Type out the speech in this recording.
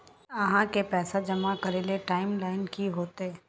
आहाँ के पैसा जमा करे ले टाइम लाइन की होते?